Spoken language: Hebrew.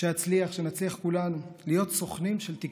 שאצליח, שנצליח כולנו, להיות סוכנים של תקווה,